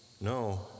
no